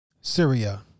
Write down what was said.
Syria